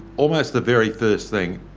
almost the very first thing,